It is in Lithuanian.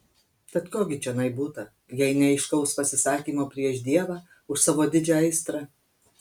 tad ko gi čionai būta jei ne aiškaus pasisakymo prieš dievą už savo didžią aistrą